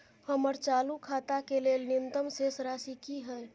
हमर चालू खाता के लेल न्यूनतम शेष राशि की हय?